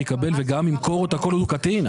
יקבל וגם ימכור אותה כל עוד הוא קטין?